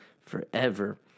forever